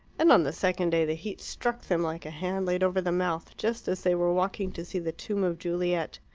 and on the second day the heat struck them, like a hand laid over the mouth, just as they were walking to see the tomb of juliet.